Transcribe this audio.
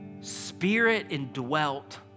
spirit-indwelt